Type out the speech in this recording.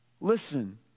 Listen